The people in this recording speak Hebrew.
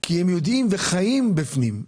כי הם חיים בפנים.